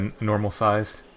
normal-sized